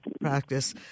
practice